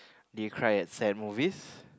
did you cry at sad movies